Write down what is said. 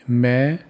ਮੈਂ